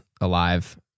alive